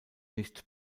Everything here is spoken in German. nicht